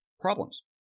problems